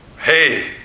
hey